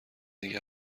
دیگه